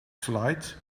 flight